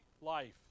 life